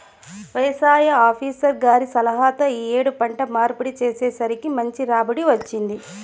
యవసాయ ఆపీసర్ గారి సలహాతో యీ యేడు పంట మార్పిడి చేసేసరికి మంచి రాబడి వచ్చింది